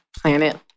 Planet